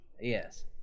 Yes